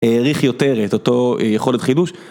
העריך יותר את אותו יכולת חידוש.